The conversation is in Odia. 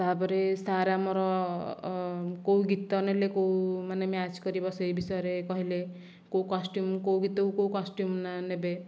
ତାପରେ ସାର୍ ଆମର କେଉଁ ଗୀତ ନେଲେ କେଉଁ ମାନେ ମ୍ୟାଚ୍ କରିବ ସେ ବିଷୟରେ କହିଲେ କେଉଁ କଷ୍ଟ୍ୟୁମ୍ କେଉଁ ଗୀତକୁ କେଉଁ କଷ୍ଟ୍ୟୁମ୍ ନେବେ